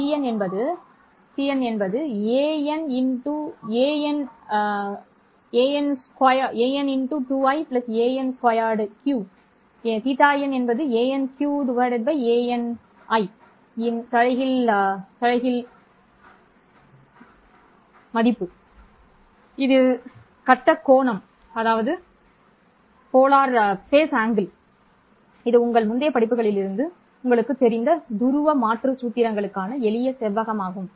cn என்பது an an2I an2Q θn என்பது anQ anI இன் தலைகீழ் டானால் வழங்கப்படும் கட்ட கோணம் இது உங்கள் முந்தைய படிப்புகளிலிருந்து உங்களுக்குத் தெரிந்த துருவ மாற்று சூத்திரங்களுக்கான எளிய செவ்வகமாகும்